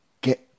Get